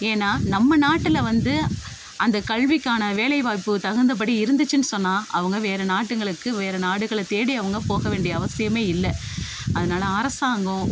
ஏன்னா நம்ம நாட்டில் வந்து அந்த கல்விக்கான வேலை வாய்ப்பு தகுந்தபடி இருந்துச்சின்னு சொன்னால் அவங்க வேறு நாட்டுங்களுக்கு வேறு நாடுகள தேடி அவங்க போக வேண்டிய அவசியமே இல்லை அதனால் அரசாங்கம்